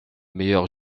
meilleurs